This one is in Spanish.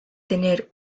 tener